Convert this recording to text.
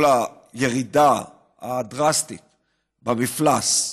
כל הירידה הדרסטית במפלס,